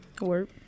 Work